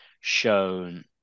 shown